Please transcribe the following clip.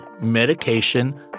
medication